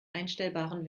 einstellbaren